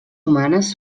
humanes